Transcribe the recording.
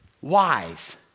wise